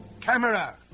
Camera